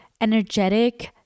energetic